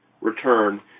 return